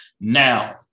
Now